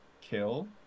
kill